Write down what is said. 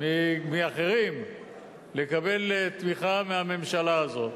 מאחרים לקבל תמיכה מהממשלה הזאת.